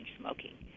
smoking